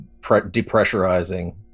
depressurizing